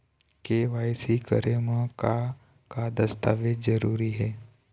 KYC करे म का का दस्तावेज जरूरी हे?